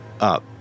up